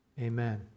Amen